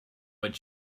what